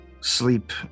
sleep